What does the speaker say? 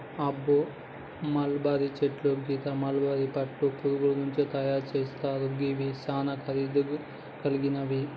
అబ్బ మల్బరీ పట్టు సీరలు మల్బరీ పట్టు పురుగుల నుంచి తయరు సేస్తున్నారు గివి సానా ఖరీదు గలిగినవి